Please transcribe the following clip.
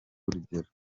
urugero